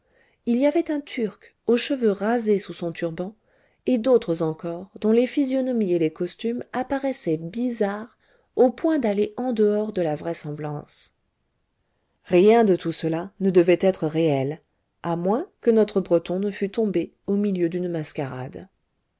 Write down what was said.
il y avait un turc aux cheveux rasés sous son turban et d'autres encore dont les physionomies et les costumes apparaissaient bizarres au point d'aller en dehors de la vraisemblance rien de tout cela ne devait être réel à moins que notre breton ne fût tombé au milieu d'une mascarade